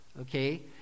okay